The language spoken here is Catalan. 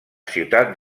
ciutat